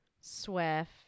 Swift